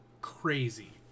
crazy